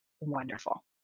wonderful